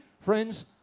friends